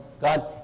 God